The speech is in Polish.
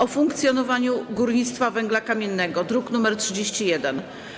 o funkcjonowaniu górnictwa węgla kamiennego (druk nr 31)